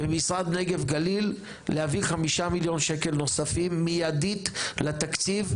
ומשרד נגב גליל להביא 5 מיליון שקלים נוספים מיידית לתקציב,